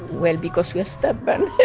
well, because we're stubborn!